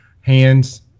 hands